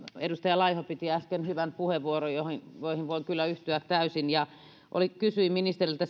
edustaja laiho piti äsken hyvän puheenvuoron johon voin voin kyllä yhtyä täysin kysyin ministeriltä